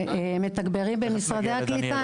שמתגברים במשרדי הקליטה,